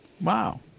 Wow